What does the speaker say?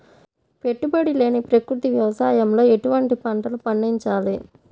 పెట్టుబడి లేని ప్రకృతి వ్యవసాయంలో ఎటువంటి పంటలు పండించాలి?